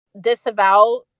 disavow